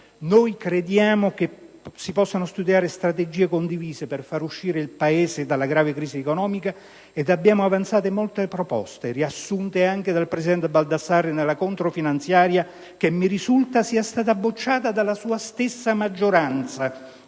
Crediamo che si possano studiare strategie condivise per far uscire il Paese dalla grave crisi economica ed abbiamo avanzato molte proposte, riassunte anche dal presidente Baldassarri nella controfinanziaria, che mi risulta sia stata bocciata dalla sua stessa maggioranza,